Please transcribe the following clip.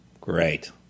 Great